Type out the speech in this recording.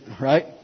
Right